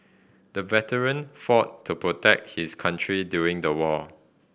the veteran fought to protect his country during the war